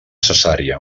necessària